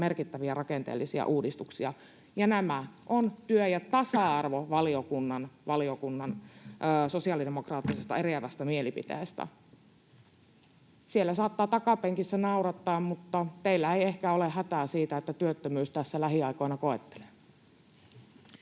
merkittäviä rakenteellisia uudistuksia. Nämä ovat työ- ja tasa-arvovaliokunnan sosiaalidemokraattisesta eriävästä mielipiteestä. Siellä saattaa takapenkissä naurattaa, mutta teillä ei ehkä ole hätää siitä, että työttömyys tässä lähiaikoina koettelee.